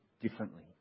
differently